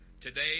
Today